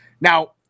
Now